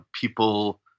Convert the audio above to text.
people